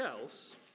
else